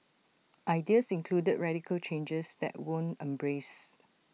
ideas included radical changes that weren't embraced